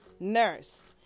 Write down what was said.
nurse